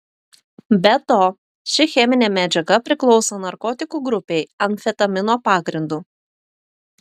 be to ši cheminė medžiaga priklauso narkotikų grupei amfetamino pagrindu